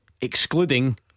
excluding